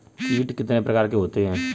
कीट कितने प्रकार के होते हैं?